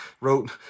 Wrote